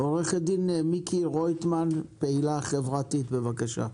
עו"ד מיקי רויטמן, פעילה חברתית, בבקשה.